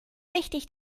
wichtig